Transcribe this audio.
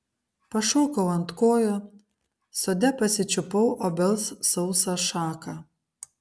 pašokau ant kojų sode pasičiupau obels sausą šaką